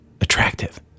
attractive